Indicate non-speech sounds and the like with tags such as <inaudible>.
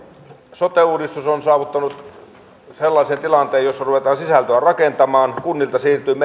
sote uudistus on saavuttanut sellaisen tilanteen jossa ruvetaan sisältöä rakentamaan kunnilta siirtyvät <unintelligible>